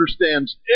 understands